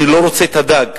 אני לא רוצה את הדג.